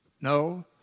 No